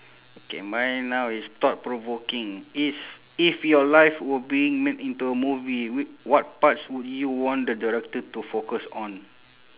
okay mine now is thought provoking is if your life were being made into a movie w~ what parts would you want the director to focus on